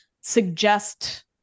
suggest